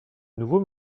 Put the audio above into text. nouveau